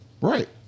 Right